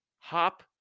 Hop